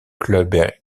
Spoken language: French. club